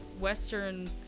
Western